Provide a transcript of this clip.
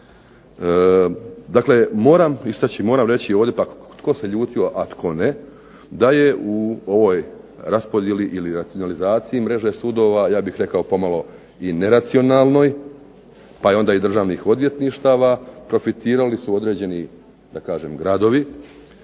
Dakle moram istaći, moram reći ovdje, pa tko se ljutio, a tko ne da je u ovoj raspodjeli ili racionalizaciji mreže sudova, ja bih rekao pomalo i neracionalnoj, pa onda i državnih odvjetništava profitirali su određeni da kažem gradovi,